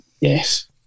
Yes